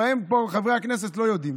לפעמים חברי הכנסת פה לא יודעים